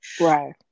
Right